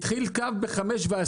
התחיל קו ב-5:30.